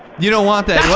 you don't want that,